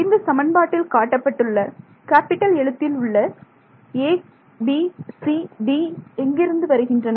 இந்த சமன்பாட்டில் காட்டப்பட்டுள்ள கேப்பிட்டல் எழுத்தில் உள்ள ABCD எங்கிருந்து வருகின்றன